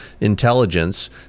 intelligence